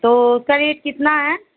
तो उसका रेट कितना है